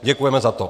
Děkujeme za to.